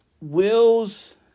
Will's